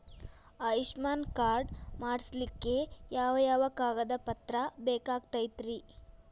Ayushman card ಮಾಡ್ಸ್ಲಿಕ್ಕೆ ಯಾವ ಯಾವ ಕಾಗದ ಪತ್ರ ಬೇಕಾಗತೈತ್ರಿ?